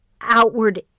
outward